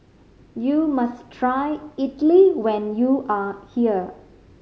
you must try idly when you are here